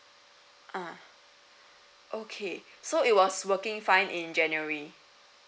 uh okay so it was working fine in january